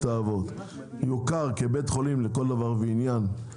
האבות יוכר כבית חולים לכל דבר ועניין,